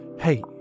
Hey